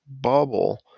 bubble